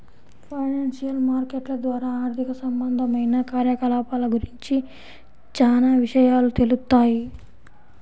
financial మార్కెట్ల ద్వారా ఆర్థిక సంబంధమైన కార్యకలాపాల గురించి చానా విషయాలు తెలుత్తాయి